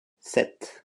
sept